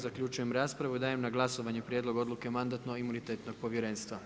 Zaključujem raspravu i dajem na glasovanje Prijedlog odluke Mandatno-imunitetnog povjerenstva.